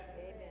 Amen